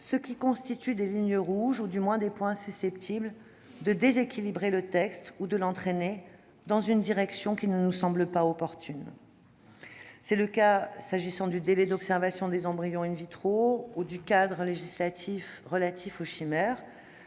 ceux qui constituent des lignes rouges, du moins des points susceptibles de déséquilibrer le texte ou de l'entraîner dans une direction qui ne nous semble pas opportune, s'agissant notamment du délai d'observation des embryons, du cadre législatif relatif aux chimères